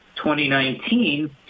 2019